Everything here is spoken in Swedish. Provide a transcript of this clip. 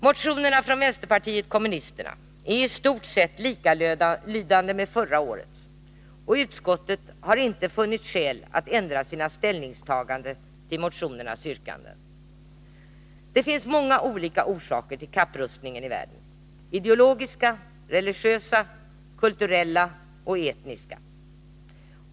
Motionerna från vpk är i stort sett likalydande med förra årets, och utskottet har inte funnit skäl att ändra sina ställningstaganden till motionernas yrkanden. Det finns många olika orsaker till kapprustningen i världen: ideologiska, religiösa, kulturella och etniska.